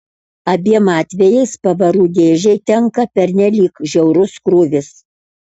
abiem atvejais pavarų dėžei tenka pernelyg žiaurus krūvis